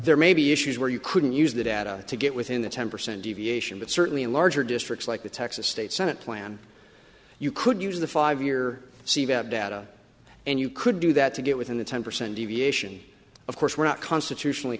there may be issues where you couldn't use the data to get within the ten percent deviation but certainly in larger districts like the texas state senate plan you could use the five year see that data and you could do that to get within the ten percent deviation of course we're not constitutionally